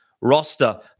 roster